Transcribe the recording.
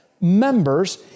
members